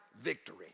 victory